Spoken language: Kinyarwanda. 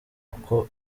uko